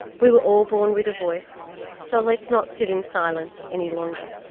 we were all born with a voice so let's not sit in silence any longer.